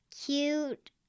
cute